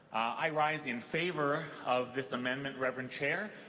i rise in favor of this amendment reverend chair.